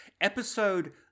episode